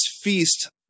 feast